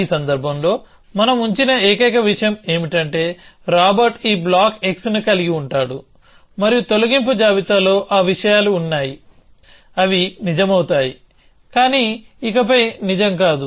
ఈ సందర్భంలో మనం ఉంచిన ఏకైక విషయం ఏమిటంటేరాబర్ట్ ఈ బ్లాక్ xని కలిగి ఉంటాడు మరియు తొలగింపు జాబితాలో ఆ విషయాలు ఉన్నాయి అవి నిజమవుతాయికానీ ఇకపై నిజం కాదు